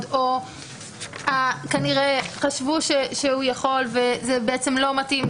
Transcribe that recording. או כנראה חשבו שהוא יכול וזה באמת לא מתאים.